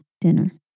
dinner